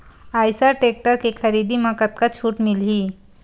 Eicher tractor के खरीदी म कतका छूट मिलही?